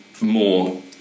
more